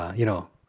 you know,